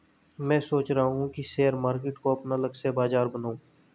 मैं सोच रहा हूँ कि शेयर मार्केट को अपना लक्ष्य बाजार बनाऊँ